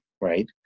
right